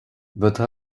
votre